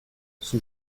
son